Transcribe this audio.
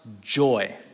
Joy